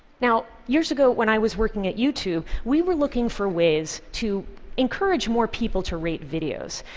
now, years ago, when i was working at youtube, we were looking for ways to encourage more people to rate videos,